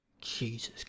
Jesus